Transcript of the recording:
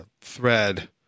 thread